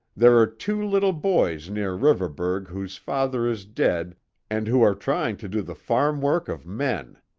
there are two little boys near riverburgh whose father is dead and who are trying to do the farm work of men.